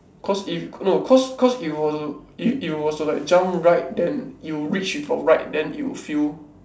cause if no cause cause it was to if it was to like jump right then you reach with your right then it'll feel